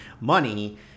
money